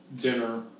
dinner